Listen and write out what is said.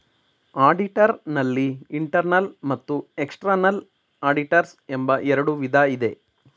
auditor ನಲ್ಲಿ internal ಮತ್ತು external auditors ಎಂಬ ಎರಡು ವಿಧ ಇದೆ